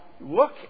look